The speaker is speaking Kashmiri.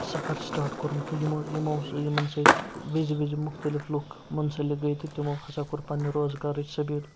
سَفَر سِٹاٹ کوٚرمُت تہٕ یِمو یِمو یِمَن سۭتۍ وِزِ وِزِ مُختلِف لُکھ مُنسلِک گٔے تہٕ تِمو ہسا کوٚر پَنٛنہِ روزگارٕچ سبیٖل